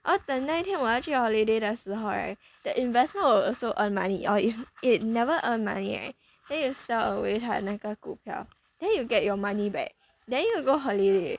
啊等哪天我要去 holiday 的时候 right the investment will also earn money or if it never earn money right then you sell away 它那个股票 then you'll get your money back then you'll go holiday